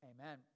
Amen